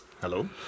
Hello